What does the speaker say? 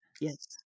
yes